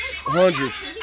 hundreds